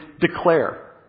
declare